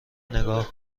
نگاه